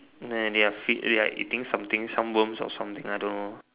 then they are free we are eating something some worms or something I don't know